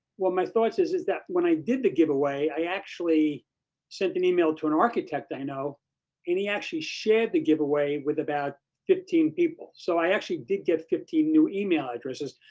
well my thoughts is is that when i did the giveaway, i actually sent an email to an architect i know and he actually shared the giveaway with about fifteen people. so i actually did get fifteen new email addresses.